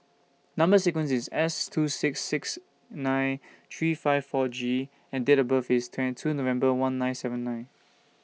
Number sequence IS S two six six nine three five four G and Date of birth IS twenty two November one nine seven nine